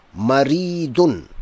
maridun